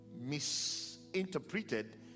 misinterpreted